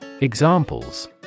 Examples